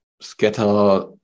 scatter